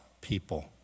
people